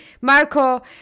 Marco